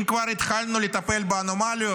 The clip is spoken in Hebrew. אם כבר התחלנו לטפל באנומליות,